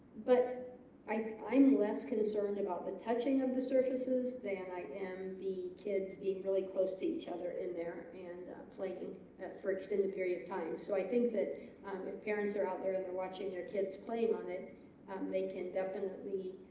but i i'm less concerned about the touching of the surfaces than i am the kids being really close to each other in there and playing for extended period of time so i think that if parents are out there and they're watching their kids playing on it um they can definitely